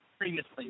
previously